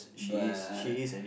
but